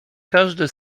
każde